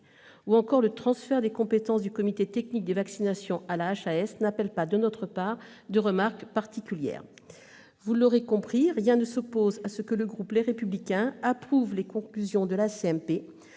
ou au transfert des compétences du Comité technique des vaccinations à la HAS, n'appellent pas, de notre part, de remarques particulières. On l'aura compris, rien ne s'oppose à ce que le groupe Les Républicains approuve les conclusions des